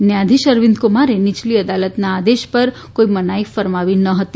ન્યાયાધીશ અરવિંદકુમારે નીયલી અદાલતના આદેશ પર કોઇ મનાઇ ફરમાવી ન હતી